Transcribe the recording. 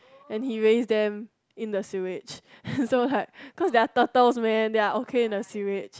and he raise them in the sewers so like cause they are turtles man they are okay in the sewers